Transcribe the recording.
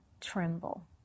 tremble